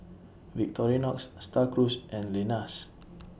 Victorinox STAR Cruise and Lenas